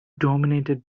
dominated